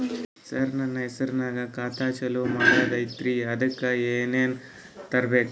ಸರ, ನನ್ನ ಹೆಸರ್ನಾಗ ಖಾತಾ ಚಾಲು ಮಾಡದೈತ್ರೀ ಅದಕ ಏನನ ತರಬೇಕ?